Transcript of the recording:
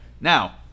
Now